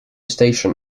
station